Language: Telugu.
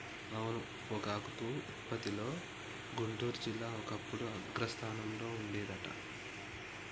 అవును పొగాకు ఉత్పత్తిలో గుంటూరు జిల్లా ఒకప్పుడు అగ్రస్థానంలో ఉండేది అంట